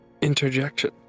Interjection